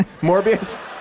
Morbius